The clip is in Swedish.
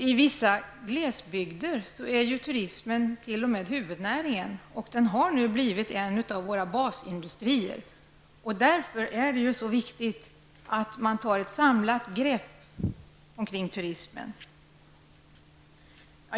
I vissa glesbygder är turismen t.o.m. huvudnäringen, och den har blivit en av våra basindustrier. Det är därför så viktigt att man tar ett samlat grepp omkring turismen.